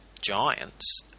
Giants